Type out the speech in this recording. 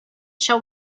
shall